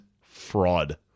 fraud